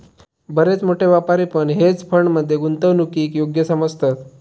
बरेच मोठे व्यापारी पण हेज फंड मध्ये गुंतवणूकीक योग्य समजतत